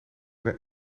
dan